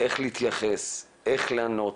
איך להתייחס, איך לענות.